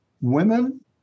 Women